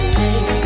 take